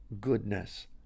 goodness